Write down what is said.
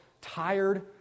tired